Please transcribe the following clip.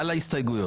על ההסתייגויות.